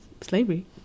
Slavery